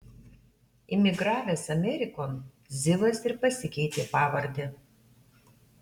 imigravęs amerikon zivas ir pasikeitė pavardę